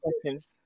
questions